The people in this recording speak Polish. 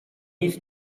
nic